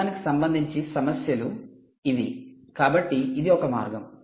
సమయానికి సంబంధించి సమస్యలు ఇవి కాబట్టి ఇది ఒక మార్గం